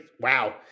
wow